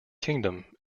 kingdom